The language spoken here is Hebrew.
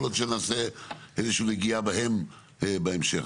להיות שנעשה איזושהי נגיעה בהם בהמשך,